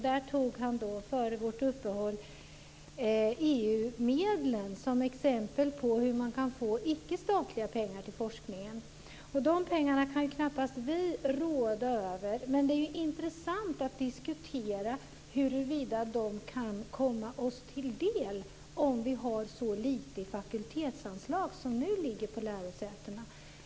Där tog han EU-medlen som exempel på hur man kan få icke statliga pengar till forskningen. De pengarna kan knappast vi råda över. Men det är intressant att diskutera huruvida de kan komma oss till del om vi har så lite fakultetsanslag som nu på lärosätena.